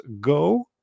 go